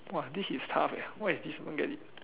!wah! this is tough eh what is this I don't get it